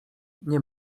nie